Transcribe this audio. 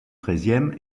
treizième